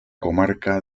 comarca